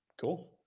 Cool